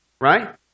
Right